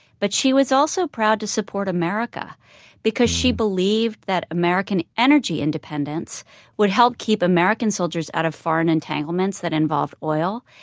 but she was also proud to support america because she believed that american energy independence would help keep american soldiers out of foreign entanglements that involve oil.